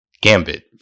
Gambit